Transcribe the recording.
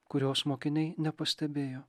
kurios mokiniai nepastebėjo